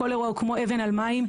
כל אירוע הוא כמו אבן על מים,